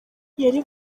yari